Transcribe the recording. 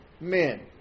men